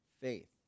faith